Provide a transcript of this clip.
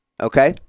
Okay